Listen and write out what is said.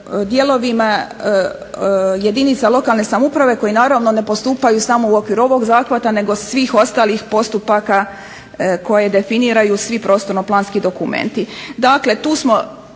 dijelovima jedinica lokalne samouprave koji naravno ne postupaju samo u okviru ovog zahvata nego svih ostalih postupaka koje definiraju svi prostorno-planski dokumenti.